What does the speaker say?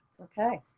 okay.